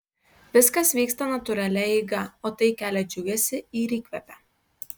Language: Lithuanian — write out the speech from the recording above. viskas vyksta natūralia eiga o tai kelia džiugesį ir įkvepia